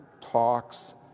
talks